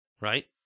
right